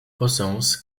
bosons